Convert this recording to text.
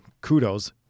kudos